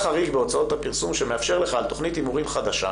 עשה חריג בהוצאות הפרסום שמאפשר לך על תכנית הימורים חדשה